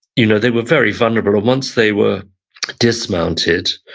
you know they were very vulnerable or once they were dismounted.